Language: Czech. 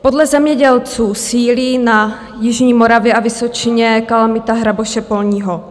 Podle zemědělců sílí na jižní Moravě a Vysočině kalamita hraboše polního.